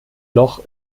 loch